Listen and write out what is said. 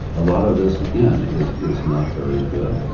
a lot of this again is is not very good,